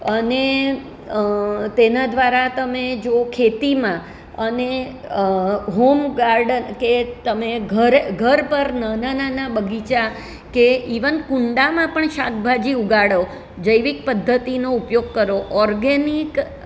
અને તેના દ્વારા તમે જો ખેતીમાં અને હોમ ગાર્ડન કે તમે ઘરે ઘર પર નાના નાના બગીચા કે ઇવન કુંડામાં પણ શાકભાજી ઉગાડો જૈવિક પદ્ધતિનો ઉપયોગ કરો ઓર્ગેનિક